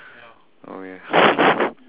okay